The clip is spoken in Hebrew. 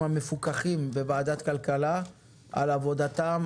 המפוקחים בוועדת הכלכלה מדווחים לוועדה על עבודתם,